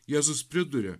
jėzus priduria